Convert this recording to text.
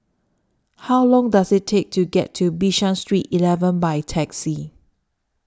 How Long Does IT Take to get to Bishan Street eleven By Taxi